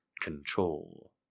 control